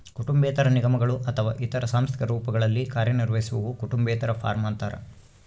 ಕುಟುಂಬೇತರ ನಿಗಮಗಳು ಅಥವಾ ಇತರ ಸಾಂಸ್ಥಿಕ ರೂಪಗಳಲ್ಲಿ ಕಾರ್ಯನಿರ್ವಹಿಸುವವು ಕುಟುಂಬೇತರ ಫಾರ್ಮ ಅಂತಾರ